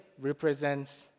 represents